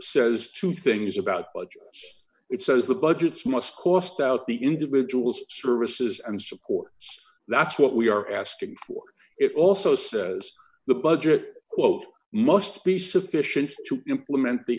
says two things about it says the budgets must cost out the individual's services and support that's what we are asking for it also says the budget quote must be sufficient to implement the